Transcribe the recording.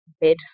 bed